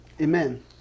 Amen